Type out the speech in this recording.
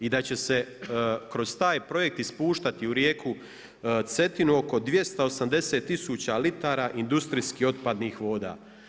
I da će se kroz taj projekt ispuštati u rijeku Cetinu oko 280000 litara industrijskih otpadnih voda.